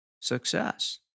success